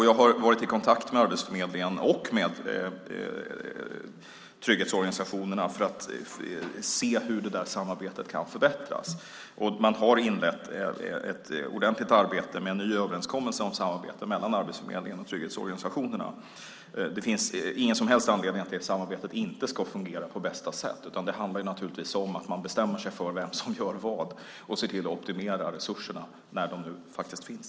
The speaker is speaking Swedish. Jag har varit i kontakt med Arbetsförmedlingen och med trygghetsorganisationerna för att se hur samarbetet kan förbättras. Man har inlett ett ordentligt arbete med en ny överenskommelse om samarbete mellan Arbetsförmedlingen och trygghetsorganisationerna. Det finns ingen som helst anledning till att det samarbetet inte skulle fungera på bästa sätt. Det handlar naturligtvis om att man bestämmer sig för vem som gör vad och ser till att optimera resurserna, när de nu faktiskt finns.